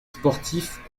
sportifs